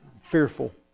fearful